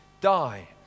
die